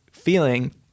feeling